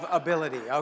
ability